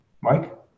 Mike